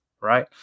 right